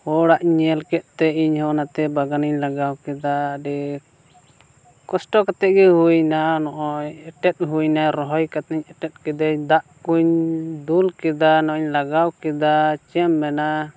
ᱦᱚᱲᱟᱜ ᱤᱧ ᱧᱮᱞ ᱠᱮᱫᱛᱮ ᱤᱧ ᱦᱚᱸ ᱚᱱᱟᱛᱮ ᱵᱟᱜᱟᱱᱤᱧ ᱞᱟᱜᱟᱣ ᱠᱮᱫᱟ ᱟᱹᱰᱤ ᱠᱚᱥᱴᱚ ᱠᱟᱛᱮᱫ ᱜᱮ ᱦᱩᱭᱱᱟ ᱱᱚᱜᱼᱚᱸᱭ ᱮᱴᱮᱫ ᱦᱩᱭᱱᱟ ᱨᱚᱦᱚᱭ ᱠᱟᱛᱮᱫ ᱮᱴᱮᱫ ᱠᱤᱫᱟᱹᱧ ᱫᱟᱜ ᱠᱚᱧ ᱫᱩᱞ ᱠᱮᱫᱟ ᱱᱚᱜᱼᱚᱸᱭ ᱤᱧ ᱞᱟᱜᱟᱣ ᱠᱮᱫᱟ ᱪᱮᱫ ᱮᱢ ᱢᱮᱱᱟ